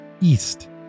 east